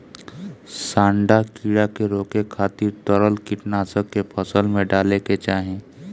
सांढा कीड़ा के रोके खातिर तरल कीटनाशक के फसल में डाले के चाही